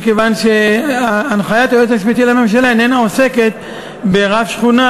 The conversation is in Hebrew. מכיוון שהנחיית היועץ המשפטי לממשלה איננה עוסקת ברב שכונה